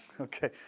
Okay